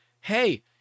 Hey